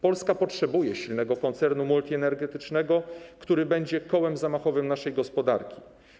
Polska potrzebuje silnego koncernu multienergetycznego, który będzie kołem zamachowym naszej gospodarki.